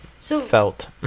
Felt